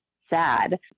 sad